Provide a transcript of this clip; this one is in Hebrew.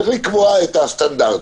צריך לקבוע את הסטנדרטים,